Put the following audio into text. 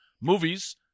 Movies